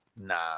Nah